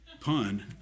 pun